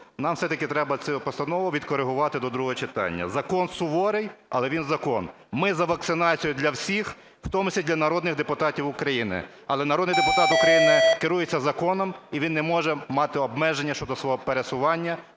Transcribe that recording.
нам все-таки треба цю постанову відкоригувати до другого читання. Закон суворий, але він закон. Ми за вакцинацію для всіх, в тому числі для народних депутатів України. Але народний депутат України керується законом, і він не може мати обмеження щодо свого пересування,